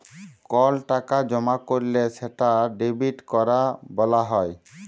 call টাকা জমা ক্যরলে সেটা ডেবিট ক্যরা ব্যলা হ্যয়